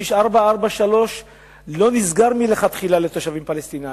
כביש 443 לא נסגר מלכתחילה לתושבים פלסטינים.